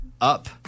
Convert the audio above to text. up